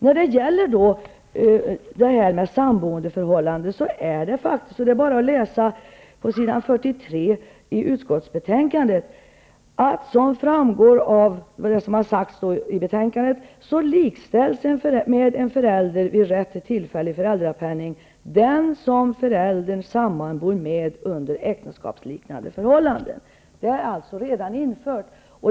När det gäller frågan om ersättning vid samboendeförhållanden är det bara att läsa på s. 43 enligt vad som sagts i betänkandet -- ''likställs med en förälder vid rätt till tillfällig föräldrapenning den som föräldern sammanbor med under äktenskapsliknande förhållanden.'' Det som efterfrågas är alltså redan infört.